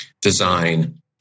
design